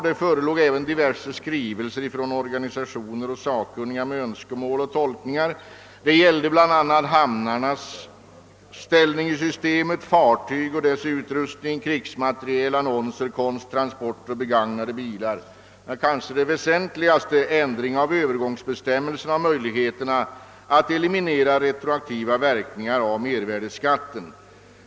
Det förelåg även diverse skrivelser från organisationer och sakkunniga med önskemål och tolkningar. Det gällde bl.a. hamnarnas ställning i systemet, fartyg och deras utrustning, krigsmateriel, annonser, konst, transporter och begagnade bilar. Det kanske väsentligaste var förslag om ändring av övergångsbestämmelserna och möjligheterna att eliminera retroaktiva verkningar av mervärdeskatten.